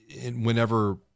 whenever